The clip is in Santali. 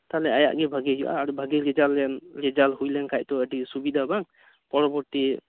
ᱛᱟᱦᱞᱮ ᱟᱭᱟᱜ ᱜᱮ ᱵᱷᱟᱟᱜᱤ ᱦᱩᱭᱩᱜᱼᱟ ᱟᱨ ᱵᱷᱟᱜᱤ ᱨᱮᱡᱟᱞ ᱞᱮᱱ ᱨᱮᱡᱟᱞ ᱦᱩᱭ ᱞᱮᱱ ᱠᱷᱟᱡ ᱛᱚ ᱟᱹᱰᱤ ᱥᱩᱵᱤᱫᱟ ᱵᱟᱝ ᱯᱚᱨᱚᱵᱚᱨᱛᱤ